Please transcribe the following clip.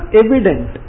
evident